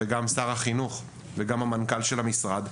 שר החינוך והמנכ"ל של המשרד,